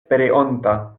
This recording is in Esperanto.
pereonta